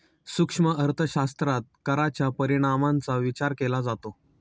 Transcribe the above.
सूक्ष्म अर्थशास्त्रात कराच्या परिणामांचा विचार केला जातो